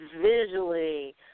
visually